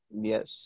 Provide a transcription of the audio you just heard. Yes